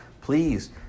please